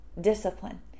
discipline